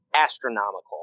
astronomical